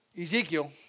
Ezekiel